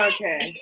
Okay